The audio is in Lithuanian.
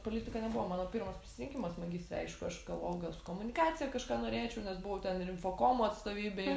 politika nebuvo mano pirmas pasirinkimas magistre aišku aš galvojau gal su komunikacija kažką norėčiau nes buvau ten ir infokomo atstovybėj